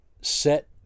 set